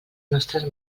nostres